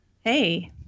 Hey